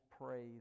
pray